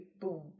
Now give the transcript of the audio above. boom